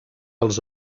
els